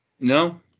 No